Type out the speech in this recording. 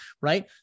right